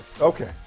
Okay